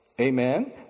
Amen